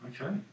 okay